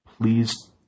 Please